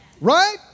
Right